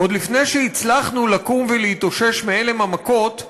עוד לפני שהצלחנו לקום ולהתאושש מהלם המכות,